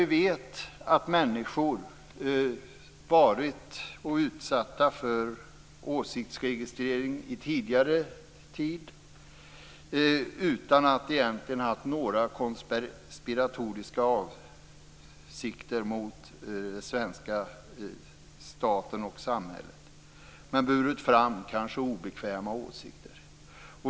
Vi vet att människor har varit utsatta för åsiktsregistrering tidigare utan att de har haft några som helst konspiratoriska avsikter mot det svenska samhället. Men de har kanske burit fram obekväma åsikter.